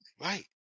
Right